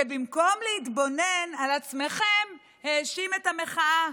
שבמקום להתבונן על עצמכם האשים את המחאה: